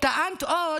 תודה.